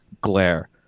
glare